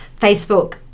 Facebook